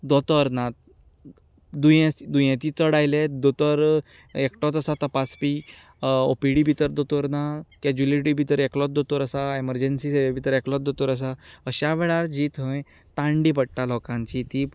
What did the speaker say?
दोतोर नात दुयेंस दुयेंती चड आयले एकटोच आसा तपासरी ऑ पी डी भितर दोतोर ना केज्युलटी भितर एकलोच दोतोर आसा एमर्जन्सी भितर एकलोच दोतोर आसा अशा वेळार जी थंय ताळणी पडटा लोकांची ती